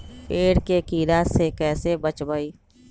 पेड़ के कीड़ा से कैसे बचबई?